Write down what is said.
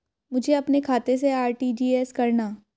मुझे अपने खाते से आर.टी.जी.एस करना?